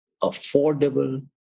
affordable